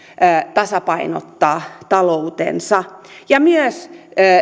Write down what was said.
tasapainottaa talouttaan myös